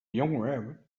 young